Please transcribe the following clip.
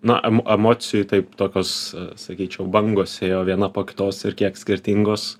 na emocijų taip tokios sakyčiau bangos ėjo viena po kitos ir kiek skirtingos